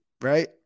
right